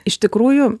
iš tikrųjų